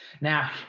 now